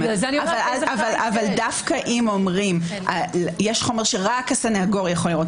אבל דווקא אם אומרים שיש חומר שרק הסנגור יכול לראות